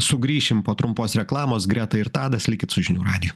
sugrįšim po trumpos reklamos greta ir tadas likit su žinių radiju